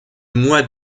mois